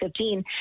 2015